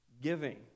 giving